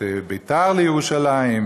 את ביתר לירושלים,